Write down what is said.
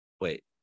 wait